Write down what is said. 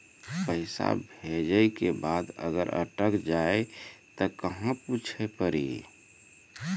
पैसा भेजै के बाद अगर अटक जाए ता कहां पूछे के पड़ी?